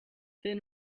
thin